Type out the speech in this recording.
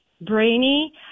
brainy